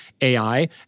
AI